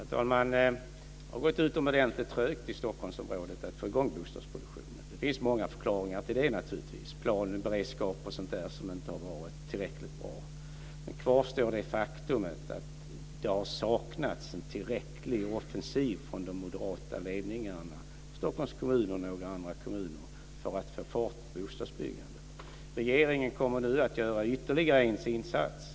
Herr talman! Det har gått utomordentligt trögt att få i gång bostadsproduktionen i Stockholmsrådet, och det finns naturligtvis många förklaringar till det. Planberedskap och sådant har inte varit tillräckligt bra. Kvar står det faktum att det har saknats en tillräckligt stark offensiv från de moderata ledningarna i Stockholms kommun och i några andra kommuner för att få fart på bostadsbyggandet. Regeringen kommer nu att göra ytterligare en insats.